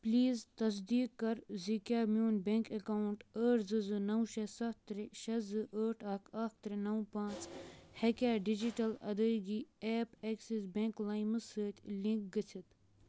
please تصدیٖق کَر زِ کیٛاہ میون بیٚنک اکاونٹ ٲٹھ زٕ زٕ نَو شےٚ سَتھ ترٛےٚ شےٚ زٕ ٲٹھ اکھ اکھ ترٛےٚ نو پانٛژھ ہٮ۪کیا ڈیجیٹل ادٲیگی ایپ ایٚکسِس بیٚنٛک لایِمس سۭتۍ لنک گٔژھِتھ